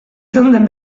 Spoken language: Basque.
zeunden